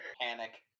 Panic